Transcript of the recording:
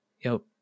yo